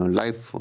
life